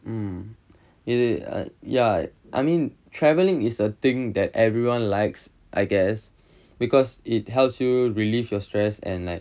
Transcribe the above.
um it it err ya I mean traveling is a thing that everyone likes I guess because it helps you relieve your stress and like